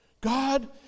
God